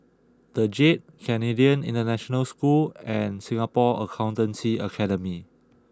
The Jade Canadian International School and Singapore Accountancy Academy